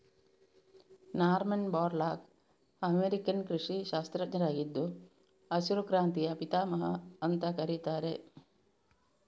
Norman Borlaug American ಕೃಷಿ ಶಾಸ್ತ್ರಜ್ಞರಾಗಿದ್ದು ಹಸಿರು ಕ್ರಾಂತಿಯ ಪಿತಾಮಹ ಅಂತ ಕರೀತಾರೆ